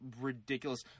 ridiculous